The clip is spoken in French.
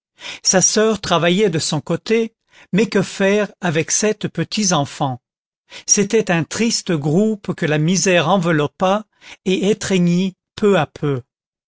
sa soeur travaillait de son côté mais que faire avec sept petits enfants c'était un triste groupe que la misère enveloppa et étreignit peu à peu